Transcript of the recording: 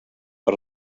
per